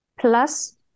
plus